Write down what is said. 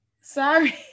Sorry